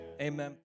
Amen